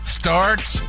starts